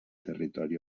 territori